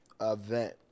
event